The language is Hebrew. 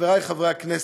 חברי חברי הכנסת,